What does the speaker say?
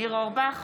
ניר אורבך,